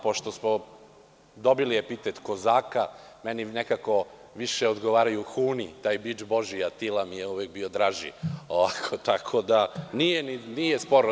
Pošto smo dobili epitet Kozaka, meni nekako više odgovaraju Huni taj bič Božiji, Atila mi je uvek bio draži, nije sporno.